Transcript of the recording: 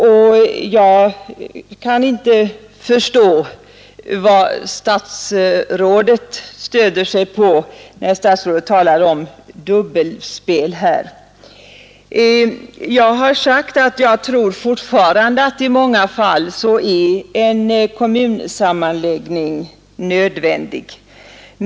Det är svårt att förstå vad statsrådet stöder sig på, när statsrådet talar om dubbelspel. Jag tror fortfarande att en kommunsammanläggning i många fall är nödvändig.